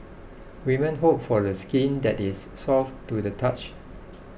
women hope for skin that is soft to the touch